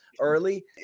early